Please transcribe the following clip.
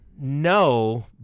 no